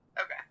okay